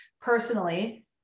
personally